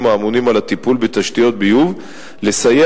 האמונים על הטיפול בתשתיות ביוב לסייע,